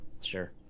Sure